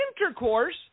intercourse